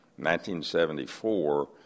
1974